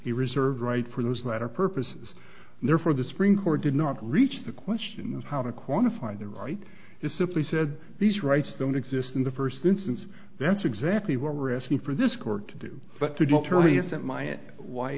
the reserve right for those matter purposes and therefore the supreme court did not reach the question of how to quantify the right is simply said these rights don't exist in the first instance that's exactly what we're asking for this court to do but to deter me isn't my aunt why